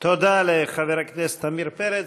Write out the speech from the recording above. תודה לחבר הכנסת עמיר פרץ.